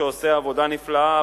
שעושה עבודה נפלאה,